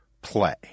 Play